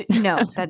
no